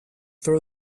throw